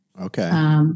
Okay